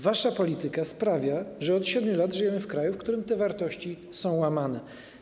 Wasza polityka sprawia, że od 7 lat żyjemy w kraju, w którym te wartości są łamane.